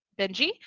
Benji